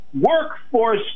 workforce